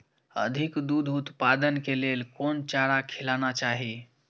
अधिक दूध उत्पादन के लेल कोन चारा खिलाना चाही?